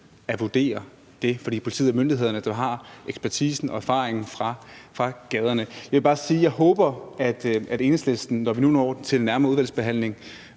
at vurdere det, fordi politiet er myndighederne, der har ekspertisen og erfaringen fra gaderne, og jeg vil bare sige, at jeg håber, at Enhedslisten, når vi nu når til den nærmere udvalgsbehandling,